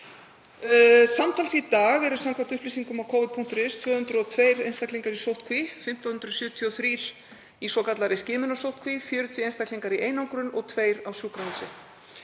Samtals eru í dag, samkvæmt upplýsingum á covid.is, 202 einstaklingar í sóttkví, 1.573 í svokallaðri skimunarsóttkví, 40 einstaklingar í einangrun og tveir á sjúkrahúsi.